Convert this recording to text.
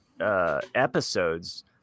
episodes